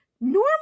normal